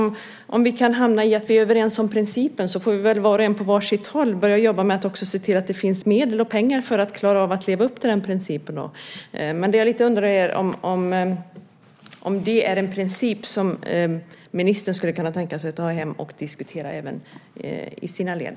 Om vi kan hamna i att vi är överens om principen så får vi väl var och en på sitt håll börja jobba med att också se till att det finns medel och pengar för att klara av att leva upp till denna princip. Det jag undrar är om detta är en princip som ministern skulle kunna tänka sig att ta hem och diskutera även i sina led.